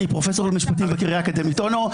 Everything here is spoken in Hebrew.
אני פרופ' למשפטים מקריה האקדמית אונו.